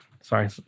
Sorry